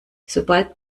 sobald